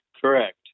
Correct